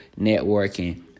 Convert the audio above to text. networking